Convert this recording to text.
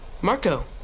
Marco